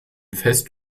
fest